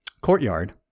courtyard